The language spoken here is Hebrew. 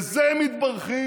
בזה הם מתברכים,